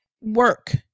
work